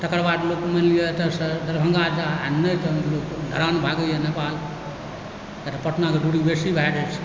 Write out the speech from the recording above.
तकर बाद लोक मानि लिअ एतयसँ दरभङ्गा जा आओर नहि तऽ मानि लिअ धरान भागैए नेपाल किएक तऽ पटनाके दूरी बेसी भए जाइत छै